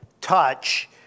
touch